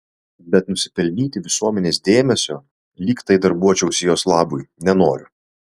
bet nusipelnyti visuomenės dėmesio lyg tai darbuočiausi jos labui nenoriu